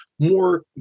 more